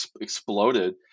exploded